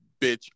bitch